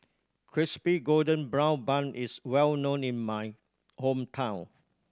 Crispy Golden Brown Bun is well known in my hometown